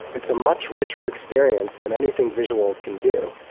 it's a much richer experience than anything visual can do